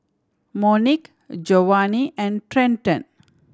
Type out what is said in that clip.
Monique Jovany and Trenton